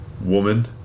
woman